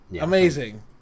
amazing